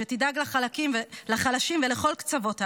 שתדאג לחלשים ולכל קצוות העם.